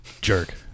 jerk